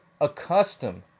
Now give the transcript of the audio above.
accustomed